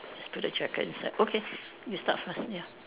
put the jacket inside okay you start first ya